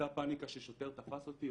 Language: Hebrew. אותה פאניקה ששוטר תפס אותי,